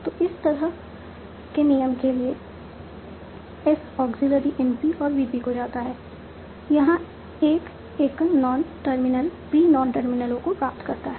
तो इस तरह के नियम के लिए S ऑग्ज़ीलियरी NP और VP को जाता है जहां एक एकल नॉन टर्मिनल प्री नॉन टर्मिनलों को प्राप्त करता है